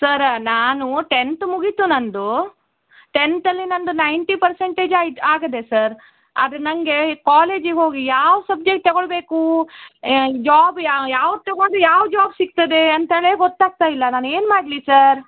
sir ನಾನು tenth ಮುಗಿತು ನನ್ನದು ಟೆಂತ್ ಅಲ್ಲಿ ನನ್ನದು ನೈನ್ಟಿ ಪರ್ಸೆಂಟೇಜ್ ಆಯ್ತು ಆಗದೆ ಸರ್ ಆದರೆ ನನಗೆ ಕಾಲೇಜಿಗೆ ಹೋಗಿ ಯಾವ ಸಬ್ಜೆಕ್ಟ್ ತಗೊಳ್ಬೇಕು ಜಾಬ್ ಯಾವ ಯಾವ್ದು ತಕಂಡರೆ ಯಾವ ಜಾಬ್ ಸಿಕ್ತದೆ ಅಂತಾನೆ ಗೊತ್ತಾಗ್ತಾ ಇಲ್ಲ ನಾನೇನು ಮಾಡಲಿ ಸರ್